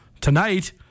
Tonight